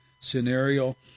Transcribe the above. scenario